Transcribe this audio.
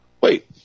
Wait